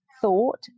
thought